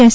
S